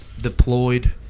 deployed